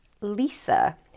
Lisa